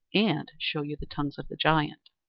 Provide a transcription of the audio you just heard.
and show you the tongues of the giant.